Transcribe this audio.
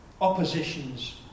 Oppositions